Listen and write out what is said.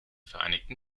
vereinigten